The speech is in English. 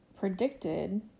predicted